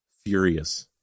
furious